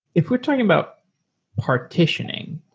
if we're talking about partitioning,